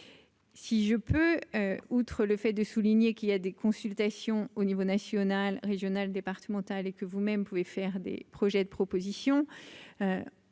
Si je peux, outre le fait de souligner qu'il y a des consultations au niveau national, régional, départemental et que vous-même, vous pouvez faire des projets de propositions,